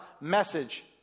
message